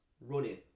running